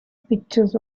pictures